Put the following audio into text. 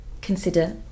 consider